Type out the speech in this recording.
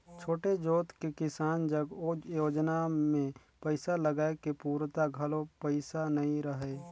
छोटे जोत के किसान जग ओ योजना मे पइसा लगाए के पूरता घलो पइसा नइ रहय